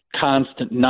constant